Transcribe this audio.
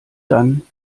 dann